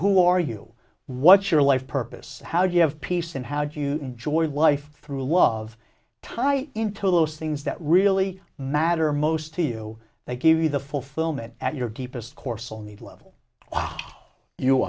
who are you what your life purpose how do you have peace and how do you enjoy life through love tie into those things that really matter most to you they give you the fulfillment at your keep us course all need love you